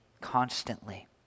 constantly